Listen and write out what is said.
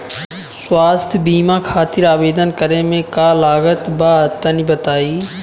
स्वास्थ्य बीमा खातिर आवेदन करे मे का का लागत बा तनि बताई?